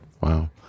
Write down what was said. Wow